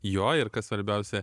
jo ir kas svarbiausia